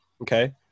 Okay